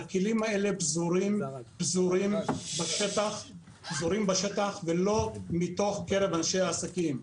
הכלים האלה פזורים בשטח ולא בקרב אנשי העסקים.